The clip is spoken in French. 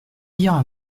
dire